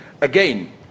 again